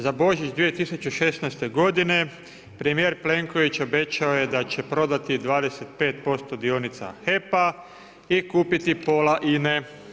Za Božić 2016. g. premjer Plenković obećao je da će prodati 25% dionica HEP-a i kupiti pola INA-e.